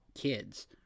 kids